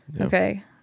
Okay